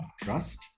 trust